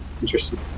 interesting